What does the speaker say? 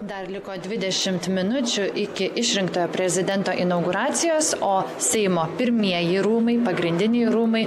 dar liko dvidešimt minučių iki išrinktojo prezidento inauguracijos o seimo pirmieji rūmai pagrindiniai rūmai